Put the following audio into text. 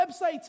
websites